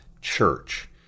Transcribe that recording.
church